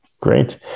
great